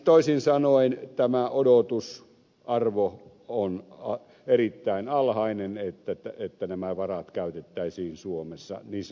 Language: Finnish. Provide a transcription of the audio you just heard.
toisin sanoen tämä odotus arvo on a erittäin alhainen ei odotusarvo että nämä varat käytettäisiin suomessa niin sanotusti kulutukseen on erittäin alhainen